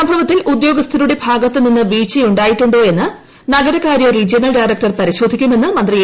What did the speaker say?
സംഭവത്തിൽ ഉദ്യോഗസ്ഥരുടെ നിന്ന് വീഴ്ചയുണ്ടായിട്ടുണ്ടോ എന്ന് നഗരകാര്യ റീജണൽ ഡയറക്ടർ പരിശോധിക്കുമെന്ന് മന്ത്രി എ